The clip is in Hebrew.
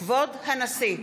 כבוד הנשיא!